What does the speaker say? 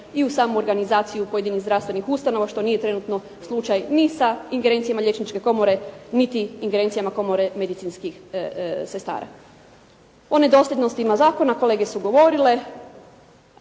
i u samu organizaciju pojedinih zdravstvenih ustanova, što nije trenutno slučaj ni sa ingerencijama Liječničke komore nit ingerencijama Komore medicinskih sestara. O nedosljednostima zakona kolege su govorile,